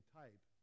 type